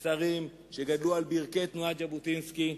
שרים שגדלו על ברכי תנועת ז'בוטינסקי,